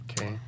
Okay